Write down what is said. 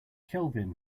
kelvin